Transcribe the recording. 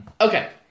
Okay